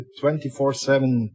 24-7